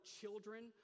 children